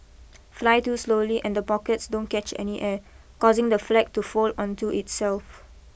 fly too slowly and the pockets don't catch any air causing the flag to fold onto itself